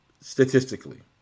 statistically